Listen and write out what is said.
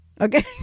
okay